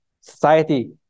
society